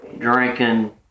Drinking